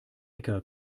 äcker